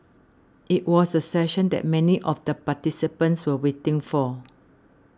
it was the session that many of the participants were waiting for